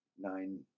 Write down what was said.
Nine